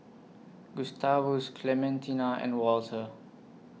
Gustavus Clementina and Walter